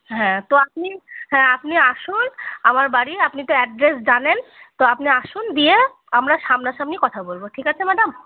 হ্যাঁ তো আপনি হ্যাঁ আপনি আসুন আমার বাড়ি আপনি তো অ্যাড্রেস জানেন তো আপনি আসুন দিয়ে আমরা সামনাসামনি কথা বলব ঠিক আছে ম্যাডাম